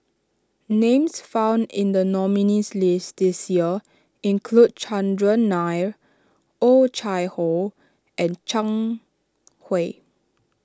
names found in the nominees' list this year include Chandran Nair Oh Chai Hoo and Zhang Hui